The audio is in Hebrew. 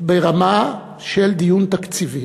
ברמה של דיון תקציבי.